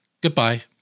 Goodbye